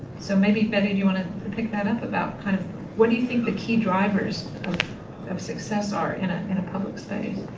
so maybe, betty, do and you want to pick that up about kind of what do you think the key drivers of success are in ah in a public space?